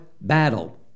battle